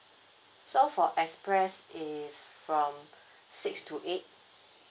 so for express is from six to eight